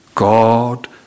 God